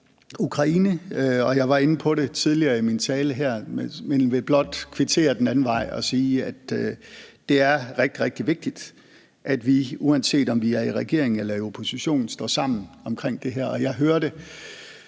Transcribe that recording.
Ukraine, og jeg var inde på det tidligere i min tale her, men vil blot kvittere den anden vej og sige, at det er rigtig, rigtig vigtigt, at vi, uanset om vi er i regering eller i opposition, står sammen om det her.